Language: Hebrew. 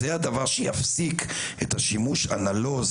זה הדבר שיפסיק את השימוש הנלוז